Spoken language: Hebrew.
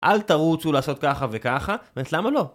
אל תרוצו לעשות ככה וככה, זאת אומרת, למה לא?